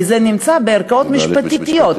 כי זה נמצא בערכאות משפטיות.